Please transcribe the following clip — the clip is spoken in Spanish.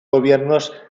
gobiernos